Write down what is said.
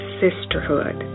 sisterhood